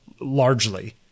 largely